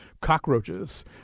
cockroaches